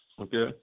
okay